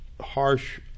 harsh